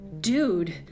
dude